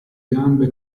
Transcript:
gambe